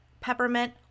peppermint